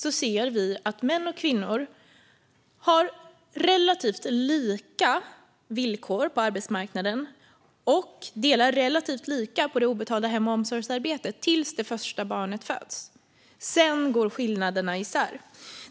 Där ser vi att män och kvinnor har relativt lika villkor på arbetsmarknaden och delar relativt lika på det obetalda hem och omsorgsarbetet tills det första barnet föds. Sedan går skillnaderna isär.